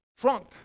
trunk